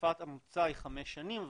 תקופת המוצא היא חמש שנים,